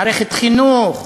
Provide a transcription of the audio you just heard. מערכת חינוך,